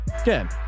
Again